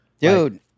Dude